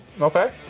Okay